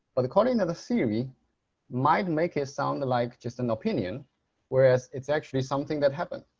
but the calling of the theory might and make it sound like just an opinion whereas it's actually something that happened.